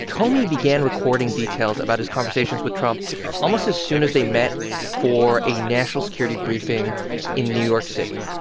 comey began recording details about his conversations with trump almost as soon as they met for a national security briefing in new york city.